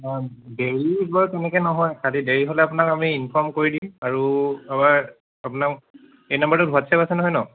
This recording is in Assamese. অঁ দেৰি বাৰু তেনেকৈ নহয় খালি দেৰি হ'লে আপোনাক আমি ইনফৰ্ম কৰি দিম আৰু আমাৰ আপোনাক এই নাম্বাৰটোত হোৱাটছএপ আছে নহয় নহ্